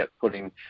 putting